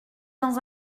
dans